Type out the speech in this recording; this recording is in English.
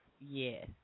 Yes